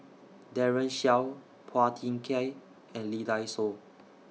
Daren Shiau Phua Thin Kiay and Lee Dai Soh